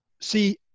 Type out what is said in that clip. see